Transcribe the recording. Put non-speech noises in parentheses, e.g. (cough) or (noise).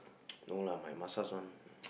(noise) no lah my massage one